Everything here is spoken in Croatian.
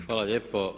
Hvala lijepo.